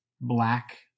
black